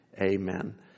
Amen